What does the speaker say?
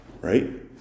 right